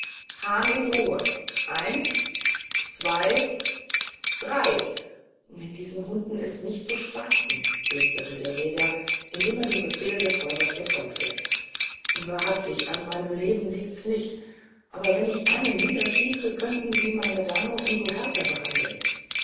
hahnen in ruh eins zwei drei mit diesen hunden ist nicht zu spaßen flüsterte der jäger indem er den befehl des räubers befolgte wahrhaftig an meinem leben liegt nichts aber wenn ich einen niederschieße könnten sie meine dame um so härter behandeln